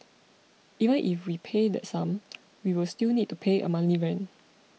even if we pay that sum we will still need to pay a monthly rent